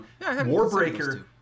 Warbreaker